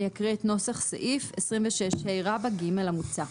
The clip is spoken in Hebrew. אני אקריא את נוסח סעיף 26ה(ג) המוצע: